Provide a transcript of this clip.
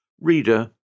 Reader